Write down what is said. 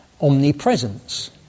omnipresence